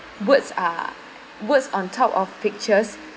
words are words on top of pictures